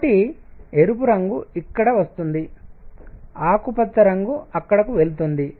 కాబట్టి ఎరుపు రంగు ఇక్కడ వస్తుంది ఆకుపచ్చ రంగు అక్కడకు వెళుతుంది